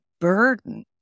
burden